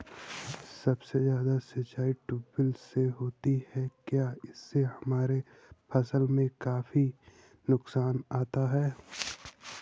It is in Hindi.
सबसे ज्यादा सिंचाई ट्यूबवेल से होती है क्या इससे हमारे फसल में काफी नुकसान आता है?